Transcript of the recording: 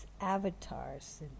avatars